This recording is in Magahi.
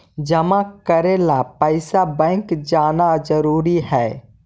जमा करे ला पैसा बैंक जाना जरूरी है?